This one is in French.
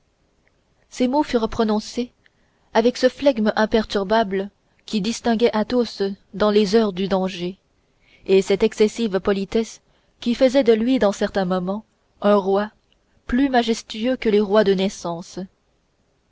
ces mots furent prononcés avec ce flegme imperturbable qui distinguait athos dans les heures du danger et cette excessive politesse qui faisait de lui dans certains moments un roi plus majestueux que les rois de naissance